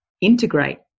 integrate